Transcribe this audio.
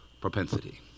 propensity